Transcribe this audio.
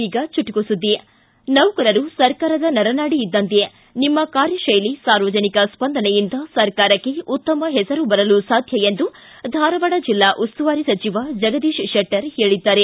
ಈಗ ಚುಟುಕು ಸುದ್ದಿ ನೌಕರರು ಸರ್ಕಾರದ ನರನಾಡಿ ಇದ್ದಂತೆ ನಿಮ್ಮ ಕಾರ್ಯ ಶೈಲಿ ಸಾರ್ವಜನಿಕ ಸ್ಪಂದನೆಯಿಂದ ಸರ್ಕಾರಕ್ಕೆ ಉತ್ತಮ ಹೆಸರು ಬರಲು ಸಾಧ್ಯ ಎಂದು ಧಾರವಾಡ ಜಿಲ್ಲಾ ಉಸ್ತುವಾರಿ ಸಚಿವ ಜಗದೀಶ ಶೆಟ್ಟರ್ ಹೇಳಿದ್ದಾರೆ